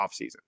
offseason